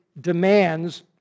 demands